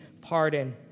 pardon